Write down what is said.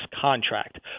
contract